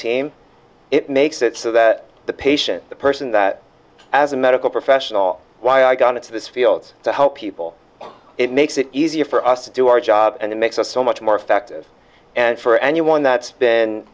team it makes it so that the patient the person that as a medical professional why i got into this field to help people it makes it easier for us to do our job and it makes us so much more effective and for anyone that's been